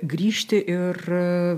grįžti ir